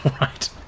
right